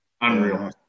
Unreal